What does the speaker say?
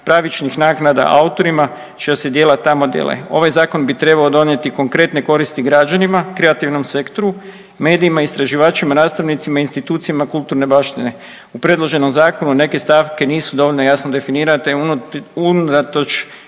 pravičnih naknada autorima čija se djela tamo dijele. Ovaj zakon bi trebao donijeti konkretne koristi građanima, kreativnom sektoru, medijima istraživačima, nastavnicima, institucijama kulturne baštine. U predloženom zakonu neke stavke nisu dovoljno jasno definirane unatoč